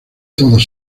todas